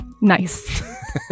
nice